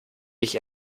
ich